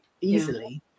easily